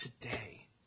today